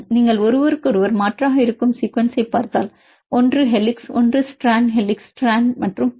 நீங்கள் ஒருவருக்கொருவர் மாற்றாக இருக்கும் சீக்குவன்சைப் பார்த்தால் ஒன்று ஹெலிக்ஸ் ஒன்று ஸ்ட்ராண்ட் ஹெலிக்ஸ் ஸ்ட்ராண்ட் மற்றும் பல